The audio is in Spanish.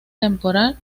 temporal